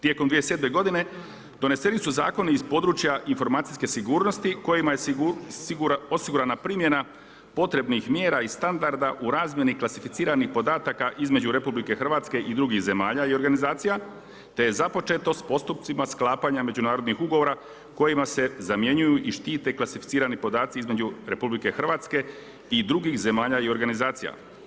Tijekom 2007. godine doneseni su zakoni iz područja informacijske sigurnosti kojima je osigurana primjena potrebnih mjera i standarda u razmjeni klasificiranih podataka između Republike Hrvatske i drugih zemalja i organizacija te je započeto s postupcima sklapanja međunarodnih ugovora kojima se zamjenjuju i štite klasificirani podaci između Republike Hrvatske i drugih zemalja i organizacija.